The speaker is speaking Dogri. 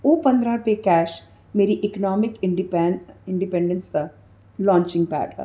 ओह् पंदरां रपेऽ कैश मेरी इकनाॅमिक इंडिपैन्डैंस दा लाॅंचिगं पैड हा